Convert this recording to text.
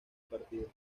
partido